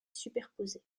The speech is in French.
superposées